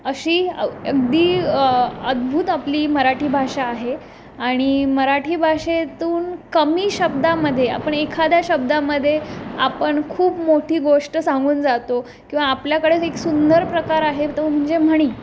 अशी अगदी अद्भूत आपली मराठी भाषा आहे आणि मराठी भाषेतून कमी शब्दामधे आपण एखाद्या शब्दामधे आपण खूप मोठी गोष्ट सांगून जातो किंवा आपल्याकडेच एक सुंदर प्रकार आहे तो म्हणजे म्हणी